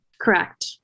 correct